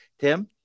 Tim